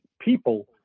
people